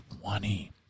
Twenty